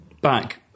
back